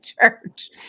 church